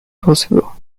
possible